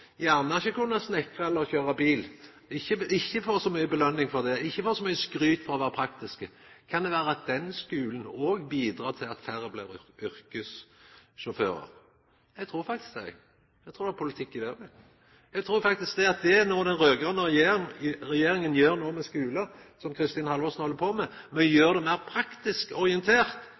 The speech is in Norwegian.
gjerne ikkje skal kunne snekra eller kjøra bil, ikkje får så mykje belønning eller ikkje får så mykje skryt for å vera praktiske? Kan det vera at den skulen òg bidreg til at færre blir yrkessjåførar? Eg trur faktisk det, eg. Eg trur det er politikk i det òg. Eg trur faktisk at det som den raud-grøne regjeringa no gjer i skulen som Kristin Halvorsen held på med, med å gjera det meir praktisk orientert